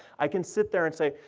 i can sit there and say,